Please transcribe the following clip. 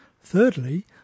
Thirdly